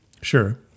Sure